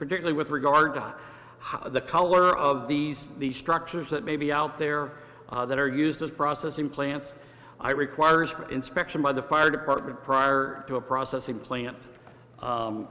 particularly with regard to how the color of these these structures that may be out there that are used as processing plants i requires an inspection by the fire department prior to a processing plant